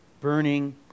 burning